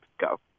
go